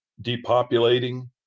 depopulating